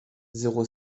zéro